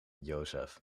jozef